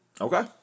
Okay